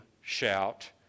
shout